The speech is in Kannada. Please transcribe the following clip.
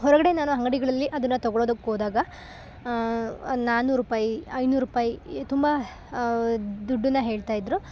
ಹೊರಗಡೆ ನಾನು ಅಂಗಡಿಗಳಲ್ಲಿ ಅದನ್ನು ತೊಗೊಳ್ಳೋದಕ್ಕೆ ಹೋದಾಗ ನಾನೂರು ರೂಪೈ ಐನೂರು ರೂಪೈ ತುಂಬ ದುಡ್ಡನ್ನು ಹೇಳ್ತಾಯಿದ್ರು